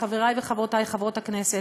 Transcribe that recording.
חברי וחברותי חברות הכנסת,